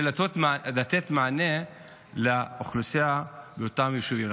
לתת מענה לאוכלוסייה באותם יישובים.